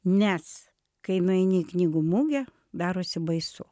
nes kai nueini į knygų mugę darosi baisu